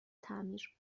تعمیر